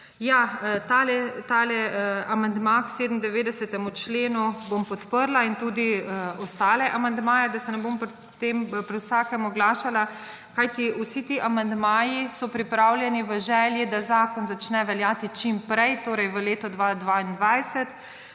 Amandma k 97. členu bom podprla in tudi ostale amandmaje, da se ne bom pri vsakem oglašala, kajti vsi ti amandmaji so pripravljeni v želji, da zakon začne veljati čim prej, torej v letu 2022.